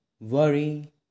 worry